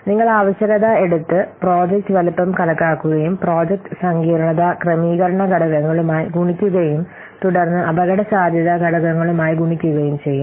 നിങ്ങൾ ആവശ്യകത എടുത്ത് പ്രോജക്റ്റ് വലുപ്പം കണക്കാക്കുകയും പ്രോജക്റ്റ് സങ്കീർണ്ണത ക്രമീകരണ ഘടകങ്ങളുമായി ഗുണിക്കുകയും തുടർന്ന് അപകടസാധ്യത ഘടകങ്ങളുമായി ഗുണിക്കുകയും ചെയ്യും